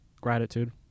Gratitude